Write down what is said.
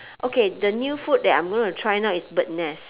okay the new food that I'm gonna try now is bird nest